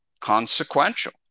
consequential